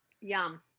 Yum